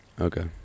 Okay